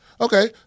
Okay